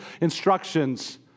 instructions